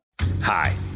Hi